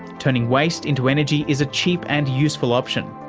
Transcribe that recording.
turning waste into energy is a cheap and useful option,